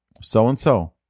so-and-so